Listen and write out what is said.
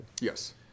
Yes